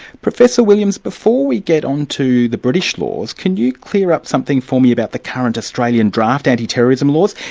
professor williams, before we get on to the british laws, can you clear up something for me about the current australian draft anti-terrorism laws?